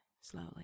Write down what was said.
slowly